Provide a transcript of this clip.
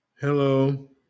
Hello